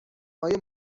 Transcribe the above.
آیا